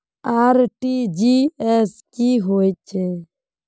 RTGS की होचए?